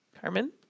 Carmen